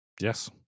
Yes